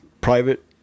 private